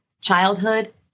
childhood